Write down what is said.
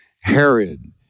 Herod